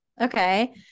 okay